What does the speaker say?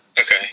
okay